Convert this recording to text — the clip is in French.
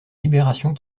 libération